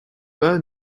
pas